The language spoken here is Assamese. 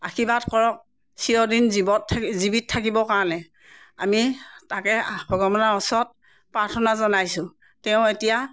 আৰ্শীবাদ কৰওক চিৰদিন জীৱত জীৱিত থাকিব কাৰণে আমি তাকে ভগৱানৰ ওচৰত প্ৰাৰ্থনা জনাইছোঁ তেওঁ এতিয়া